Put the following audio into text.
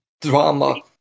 drama